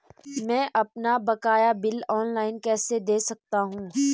मैं अपना बकाया बिल ऑनलाइन कैसे दें सकता हूँ?